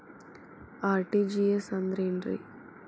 RTGS ಅಂದ್ರ ಏನ್ರಿ?